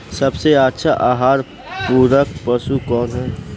सबसे अच्छा आहार पूरक पशु कौन ह?